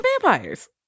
vampires